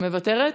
מוותרת?